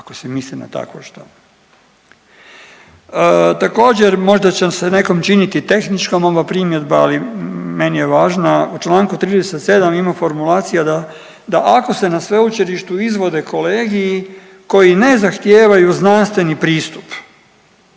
ako se misli na takvo što. Također, možda će se nekom činiti tehničkom ova primjedba, ali meni je važna, u Članku 37. ima formulacija da, da ako se na sveučilištu izvode kolegiji koji ne zahtijevaju znanstveni pristup